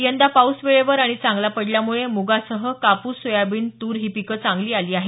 यंदा पाऊस वेळेवर आणि चांगला पडल्यामुळं मुगासह कापूस सोयाबीन तूर ही पिकं चांगली आली आहेत